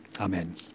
Amen